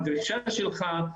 לגבי הדרישה שלך,